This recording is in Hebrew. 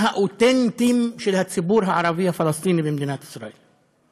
האותנטיים של הציבור הערבי הפלסטיני במדינת ישראל.